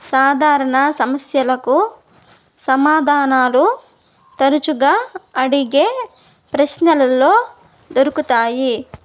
సాధారణ సమస్యలకు సమాధానాలు తరచుగా అడిగే ప్రశ్నలలో దొరుకుతాయి